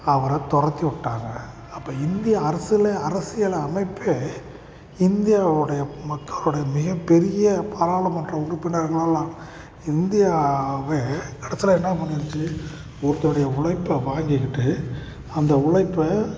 அவரை துரத்தி விட்டாங்க அப்போ இந்திய அரசில் அரசியல் அமைப்பே இந்தியாவோடைய மக்களுடைய மிகப்பெரிய பாராளுமன்ற உறுப்பினர்களால் இந்தியாவே கடைசியில் என்ன பண்ணிடுச்சு ஒருத்தருடைய உழைப்ப வாங்கிக்கிட்டு அந்த உழைப்ப